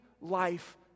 life